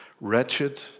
wretched